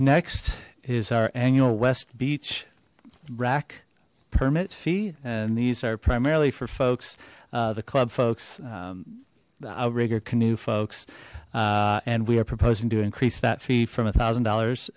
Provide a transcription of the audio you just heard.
next is our annual west beach rac permit fee and these are primarily for folks the club folks the outrigger canoe folks and we are proposing to increase that fee from a thousand dollars